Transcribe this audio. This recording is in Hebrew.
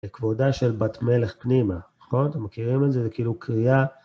כבודה של בת מלך פנימה, נכון? אתם מכירים את זה? זה כאילו קריאה...